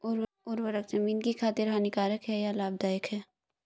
उर्वरक ज़मीन की खातिर हानिकारक है या लाभदायक है?